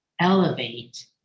elevate